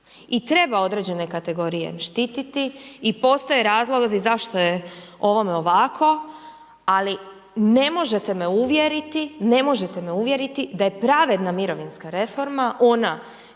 I treba određene kategorije štititi i postoje razlozi zašto je ovome ovako ali ne možete me uvjeriti, ne možete me uvjeriti da je pravedna mirovinska reforma ona